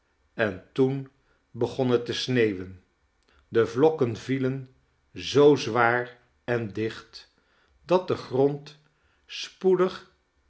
en toen begon het te sneeuwen de vlokken vielen zoo zwaar en dicht dat de grond spoedig